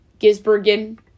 Gisbergen